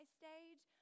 stage